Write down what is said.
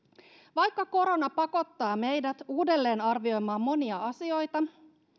vaikka korona pakottaa meidät uudelleenarvioimaan monia asioita